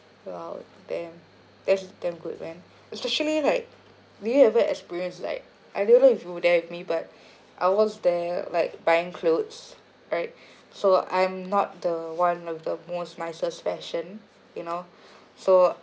!wow! damn that's damn good man especially like do you ever experience like I don't know if you're there with me but I was there like buying clothes right so I'm not the one of the most nicest fashion you know so